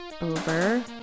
over